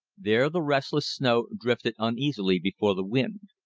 there the restless snow drifted uneasily before the wind.